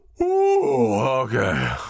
okay